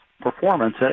performance